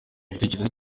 igitekerezo